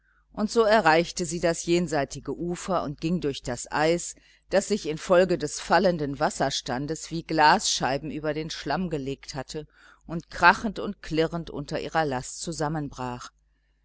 und so erreichte sie das jenseitige ufer und ging durch das eis das sich infolge des fallenden wasserstandes wie glasscheiben über den schlamm gelegt hatte und krachend und klirrend unter ihrer last zusammenbrach